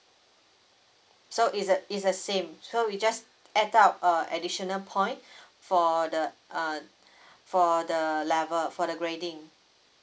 so it's the it's the same so we just add up uh additional point for the uh for the level for the grading